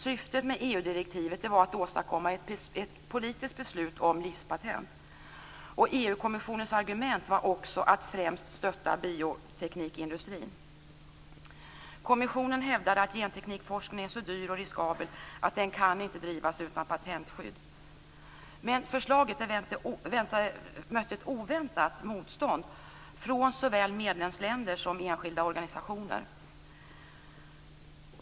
Syftet med EU-direktivet var att åstadkomma ett politiskt beslut om livspatent. EU kommissionens argument var också att främst stötta bioteknikindustrin. Kommissionen hävdade att genteknikforskning är så dyr och riskabel att den inte kan drivas utan patentskydd. Men förslaget mötte ett oväntat motstånd från såväl medlemsländer som enskilda organisationer.